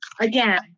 again